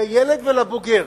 לילד ולבוגר,